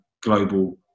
global